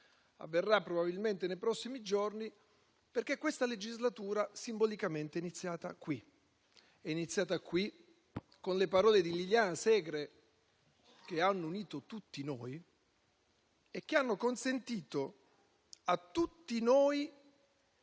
avvenga nei prossimi giorni, perché questa legislatura simbolicamente è iniziata qui, con le parole di Liliana Segre che hanno unito tutti noi e che hanno consentito a tutti noi